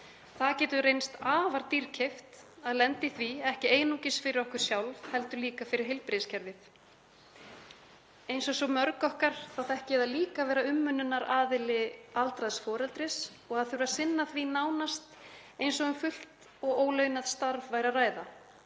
Það getur reynst afar dýrkeypt að lenda í því, ekki einungis fyrir okkur sjálf heldur líka fyrir heilbrigðiskerfið. Eins og svo mörg okkar þekki ég það líka að vera umönnunaraðili aldraðs foreldris og að þurfa að sinna því nánast eins og um fullt og ólaunað starf væri að ræða